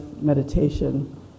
meditation